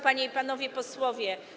Panie i Panowie Posłowie!